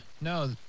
no